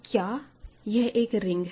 तो क्या यह एक रिंग है